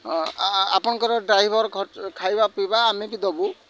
ହଁ ଆପଣଙ୍କର ଡ୍ରାଇଭର ଖାଇବା ପିଇବା ଆମେ ବି ଦବୁ